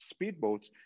speedboats